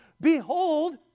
Behold